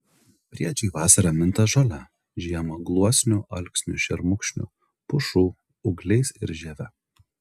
briedžiai vasarą minta žole žiemą gluosnių alksnių šermukšnių pušų ūgliais ir žieve